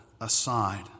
aside